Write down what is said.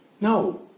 No